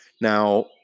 Now